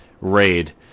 raid